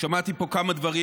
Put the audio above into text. שמעתי פה כמה דברים.